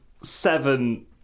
seven